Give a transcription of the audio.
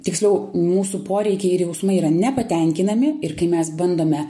tiksliau mūsų poreikiai ir jausmai yra nepatenkinami ir kai mes bandome